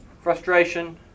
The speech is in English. Frustration